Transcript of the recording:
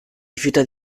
rifiuta